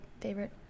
favorite